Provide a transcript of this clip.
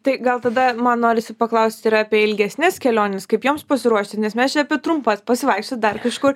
tai gal tada man norisi paklausti ir apie ilgesnes keliones kaip joms pasiruošti nes mes čia apie trumpas pasivaikščiot dar kažkur